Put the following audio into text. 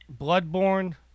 Bloodborne